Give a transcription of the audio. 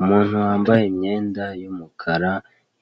Umuntu wambaye imyenda y'umukara,